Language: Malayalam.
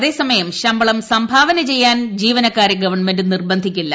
അതേസമയം ശമ്പളം സംഭാവന ചെയ്യാൻ ജീവനക്കാരെ ഗവൺമെന്റ് നിർബന്ധിക്കില്ല